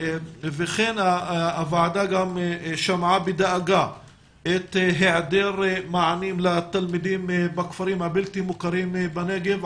הוועדה גם שמעה בדאגה היעדר מענים לתלמידים בכפרים הבלתי מוכרים בנגב,